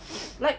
like